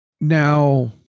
now